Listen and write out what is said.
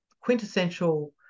quintessential